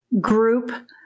group